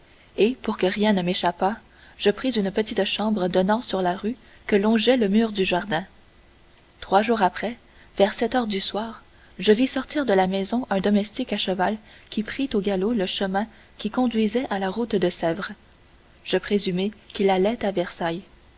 et pour que rien ne m'échappât je pris une petite chambre donnant sur la rue que longeait le mur du jardin trois jours après vers sept heures du soir je vis sortir de la maison un domestique à cheval qui prit au galop le chemin qui conduisait à la route de sèvres je présumai qu'il allait à